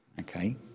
okay